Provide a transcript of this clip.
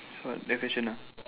so next question ah